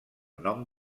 nom